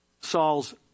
Saul's